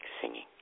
singing